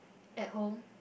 at home